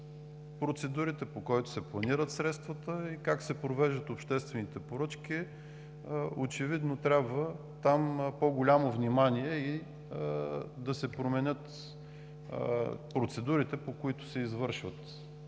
процедурите, по който се планират средствата, и как се провеждат обществените поръчки. Очевидно там трябва по-голямо внимание и да се променят процедурите, по които се извършват